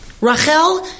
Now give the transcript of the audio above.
Rachel